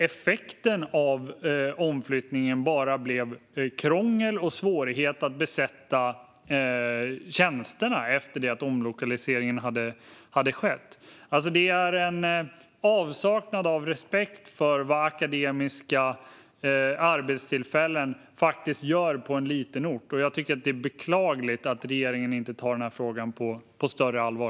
Effekten av omflyttningen blev bara krångel och svårighet att besätta tjänsterna efter det att omlokaliseringen hade skett. Det är fråga om en avsaknad av respekt för vad akademiska arbetstillfällen faktiskt gör på en liten ort. Jag tycker att det är beklagligt att regeringen inte tar den här frågan på större allvar.